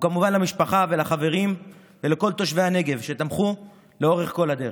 וכמובן למשפחה ולחברים ולכל תושבי הנגב שתמכו לאורך כל הדרך.